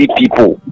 people